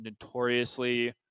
notoriously